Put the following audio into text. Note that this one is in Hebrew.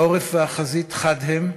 העורף והחזית חד הם.